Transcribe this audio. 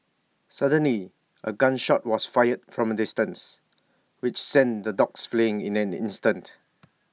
suddenly A gun shot was fired from A distance which sent the dogs fleeing in an instant